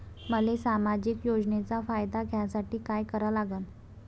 मले सामाजिक योजनेचा फायदा घ्यासाठी काय करा लागन?